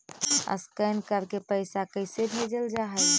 Scan करके पैसा कैसे भेजल जा हइ?